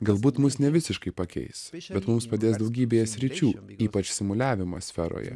galbūt mus ne visiškai pakeis bet mums padės daugybėje sričių ypač simuliavimo sferoje